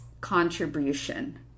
contribution